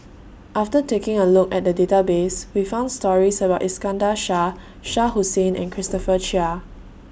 after taking A Look At The Database We found stories about Iskandar Shah Shah Hussain and Christopher Chia